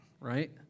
right